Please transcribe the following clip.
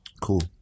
Cool